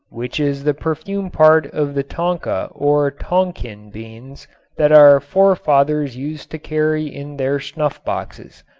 which is the perfume part of the tonka or tonquin beans that our forefathers used to carry in their snuff boxes.